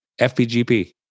FPGP